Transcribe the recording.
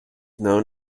known